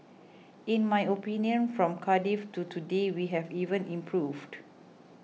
in my opinion from Cardiff to today we have even improved